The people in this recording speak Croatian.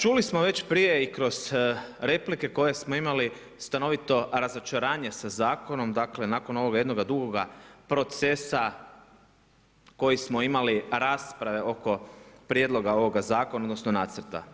Čuli smo već prije i kroz replike koje smo imali stanovito razočaranje sa zakonom, dakle nakon ovoga jednoga dugoga procesa koji smo imali, rasprave oko prijedloga ovoga zakona, odnosno nacrta.